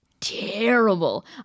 terrible